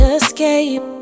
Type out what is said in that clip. escape